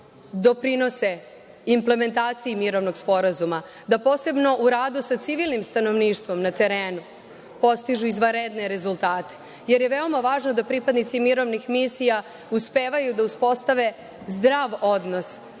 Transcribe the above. doprinose implementaciji mirovnog sporazuma, da posebno u radu sa civilnim stanovništvom na terenu postižu izvanredne rezultate jer je veoma važno da pripadnici mirovnih misija uspevaju da uspostave zdrav odnos